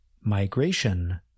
Migration